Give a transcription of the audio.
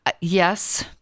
yes